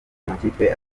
amakipe